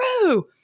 true